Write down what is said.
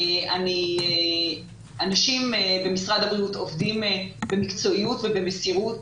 אנשים במשרד הבריאות עובדים במקצועיות ובמסירות